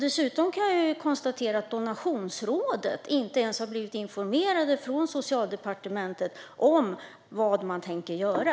Dessutom kan jag konstatera att Donationsrådet inte ens har blivit informerat från Socialdepartementet om vad man tänker göra.